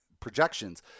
projections